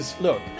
Look